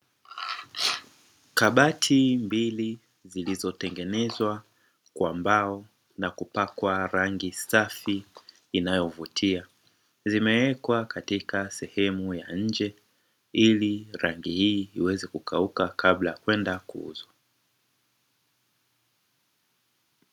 Kabati mbili zilizotengenezwa kwa mbao na kupakwa rangi safi inayovutia zimewekwa katika sehemu ya nje ili rangi hii iweze kukauka kabla ya kwenda kuuzwa.